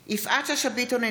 אינה נוכחת יפעת שאשא ביטון,